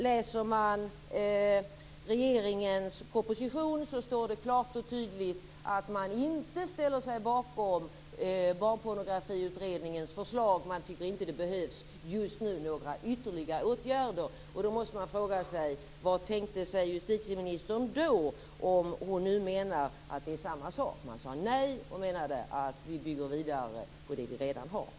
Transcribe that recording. Läser man regeringens proposition ser man att det klart och tydligt står att regeringen inte ställer sig bakom Barnpornografiutredningens förslag. Regeringen tycker inte att det behövs några ytterligare åtgärder just nu. Vad tänkte sig justitieministern om hon menar att det är samma sak? Man sade nej och menade att vi skall bygga vidare på det vi redan har.